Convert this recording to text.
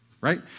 right